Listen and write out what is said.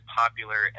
popular